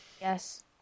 Yes